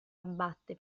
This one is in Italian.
abbatte